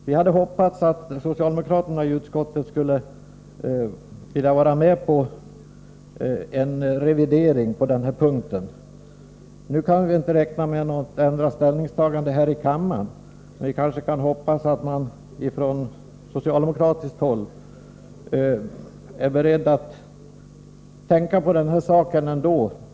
Vi hade hoppats att socialdemokraterna i utskottet skulle vilja vara med om en revidering på de här punkterna. Nu kan vi inte räkna med något ändrat ställningstagande här i kammaren, men vi kanske kan hoppas att man från socialdemokratiskt håll är beredd att tänka på saken ändå.